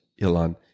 Ilan